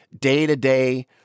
day-to-day